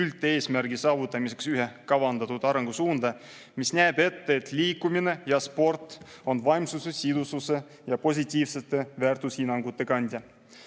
üldeesmärgi saavutamiseks ühe kavandatud arengusuuna, mis näeb ette, et liikumine ja sport on vaimsuse, sidususe ja positiivsete väärtushinnangute kandja.2021.